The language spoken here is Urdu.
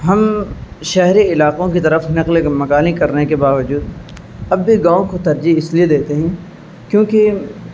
ہم شہری علاقوں کی طرف نقل مکانی کرنے کے باوجود اب بھی گاؤں کو ترجیح اس لیے دیتے ہیں کیونکہ